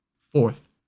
Fourth